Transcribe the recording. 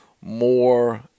more